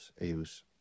eus